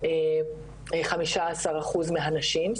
ו-15 אחוזים מהנשים,